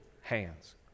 hands